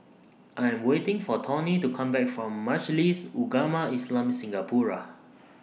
I Am waiting For Tawny to Come Back from Majlis Ugama Islam Singapura